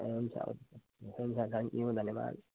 हुन्छ हुन्छ हुन्छ थ्याङ्क यू धन्यवाद